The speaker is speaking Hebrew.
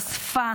חשפה